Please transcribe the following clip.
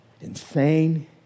insane